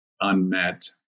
unmet